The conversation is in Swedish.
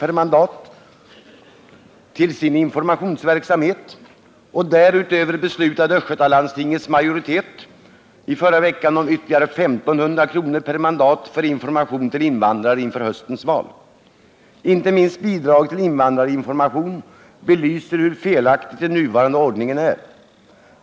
per mandat till sin informationsverksamhet, och därutöver beslutade östgötalandstingets majoritet i förra veckan om 1500 kr. per mandat för information till invandrare inför höstens val. Inte minst bidraget till invandrarinformation belyser hur felaktig den nuvarande ordningen är.